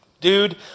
dude